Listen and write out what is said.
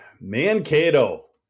Mankato